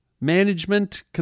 management